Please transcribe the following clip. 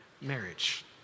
marriage